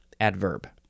adverb